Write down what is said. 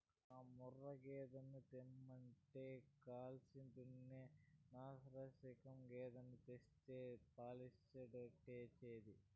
ఆ ముర్రా గేదెను తెమ్మంటే కర్సెందుకని నాశిరకం గేదెను తెస్తే పాలెట్టొచ్చేది